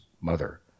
mother